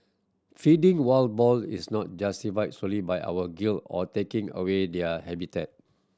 feeding wild boar is not justified solely by our guilt of taking away their habitat